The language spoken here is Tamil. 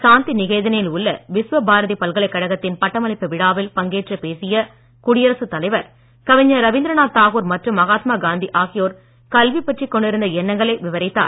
சாந்திநிகேதனில் உள்ள விஸ்வபாரதி பல்கலைக் கழகத்தின் பட்டமளிப்பு விழாவில் பங்கேற்றுப் பேசிய தடியரசுத் தலைவர் கவிஞர் ரவீந்திரநாத் தாகூர் மற்றும் மகாத்மா காந்தி ஆகியோர் கல்வி பற்றி கொண்டிருந்த எண்ணங்களை விவரித்தார்